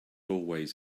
always